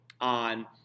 on